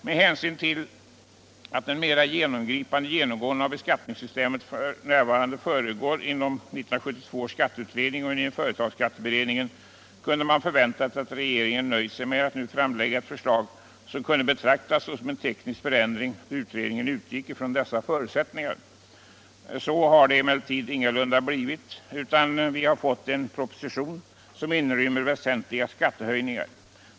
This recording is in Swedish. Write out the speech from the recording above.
Med hänsyn till att en mera genomgripande genomgång av beskatt ningssystemet f. n. pågår inom 1972 års skatteutredning och inom företagsskatteberedningen kunde man förväntat att regeringen nöjt sig med att nu framlägga ett förslag som kunde betraktas som en teknisk förändring, då utredningen utgick ifrån dessa förutsättningar. Så har det emellertid ingalunda blivit, utan vi har fått en proposition som inrymmer väsentliga skattehöjningar.